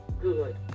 good